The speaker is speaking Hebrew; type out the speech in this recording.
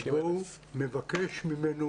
שבו הוא מבקש ממנו,